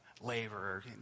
Labor